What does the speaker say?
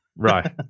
Right